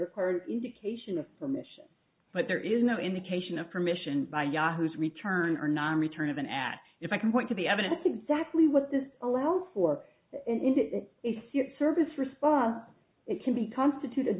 require indication of permission but there is no indication of permission by yahoo's return or non return of an ad if i can point to the evidence exactly what this allows for it if your service response it can be constituted